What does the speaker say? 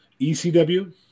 ECW